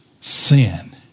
sin